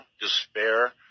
despair